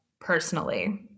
personally